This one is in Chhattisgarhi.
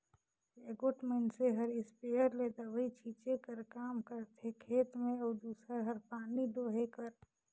एगोट मइनसे हर इस्पेयर ले दवई छींचे कर काम करथे खेत में अउ दूसर हर पानी डोहे कर